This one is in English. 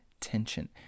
tension